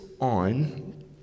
on